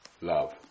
Love